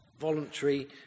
voluntary